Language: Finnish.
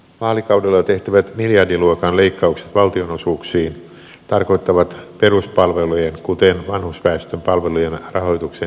vaalikaudella tehtävät miljardiluokan leikkaukset valtionosuuksiin tarkoittavat peruspalvelujen kuten vanhusväestön palvelujen rahoituksen heikentämistä